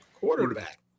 Quarterback